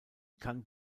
kann